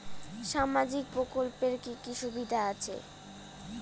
সামাজিক প্রকল্পের কি কি সুবিধা আছে?